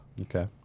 Okay